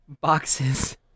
Boxes